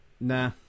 Nah